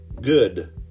good